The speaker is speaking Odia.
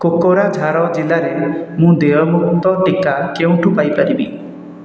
କୋକରାଝାର ଜିଲ୍ଲାରେ ମୁଁ ଦେୟମୁକ୍ତ ଟିକା କେଉଁଠୁ ପାଇପାରିବି